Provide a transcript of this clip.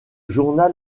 journal